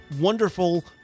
wonderful